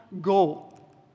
goal